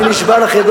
אני נשבע לכם.